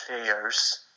players